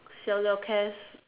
siao liao Cass